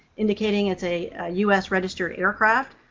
indicating it's a u s registered aircraft.